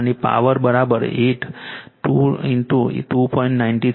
અને પાવર 82 2